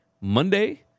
Monday